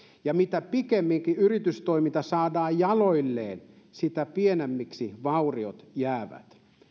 ja mitä pikemmin yritystoiminta saadaan jaloilleen sitä pienemmiksi vauriot jäävät